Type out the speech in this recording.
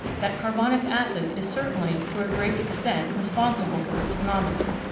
that carbonic acid is certainly to a great extent responsible for this phenomenon.